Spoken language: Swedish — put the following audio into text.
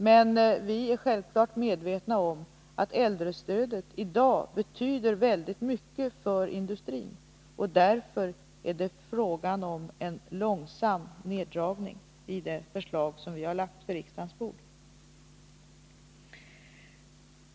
Men vi är självfallet medvetna om att äldrestödet i dag betyder väldigt mycket för industrin, och därför är det fråga om en långsam neddragning i det förslag som vi har lagt på riksdagens bord.